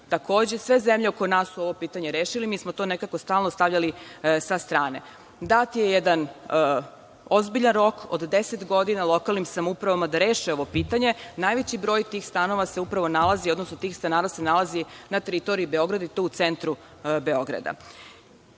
Takođe, sve zemlje oko nas su ovo pitanje rešile. Mi smo to nekako stalno stavljali sa strane. Dat je jedan ozbiljan rok, od deset godina, lokalnim samoupravama da reše ovo pitanje. Najveći broj tih stanova se upravo nalazi, odnosno tih stanara se nalazi na teritoriji Beograda, i to u centru Beograda. Sledeći